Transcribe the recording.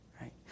Right